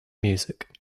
music